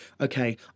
okay